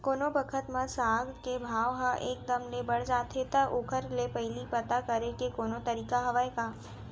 कोनो बखत म साग के भाव ह एक दम ले बढ़ जाथे त ओखर ले पहिली पता करे के कोनो तरीका हवय का?